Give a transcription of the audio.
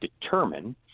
determine